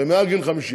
והם מעל גיל 50,